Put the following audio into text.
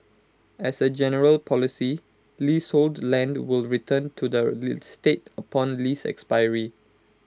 as A general policy leasehold land will return to the state upon lease expiry